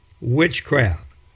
Witchcraft